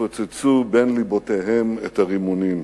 ופוצצו בין לבותיהם את הרימונים.